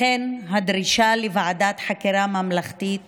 לכן, הדרישה לוועדת חקירה ממלכתית